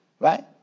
Right